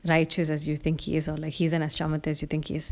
righteous as you think he is or like he's as traumatised as you think he is